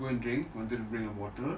go to drink wanted to bring a bottle